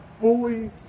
fully